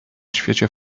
świecie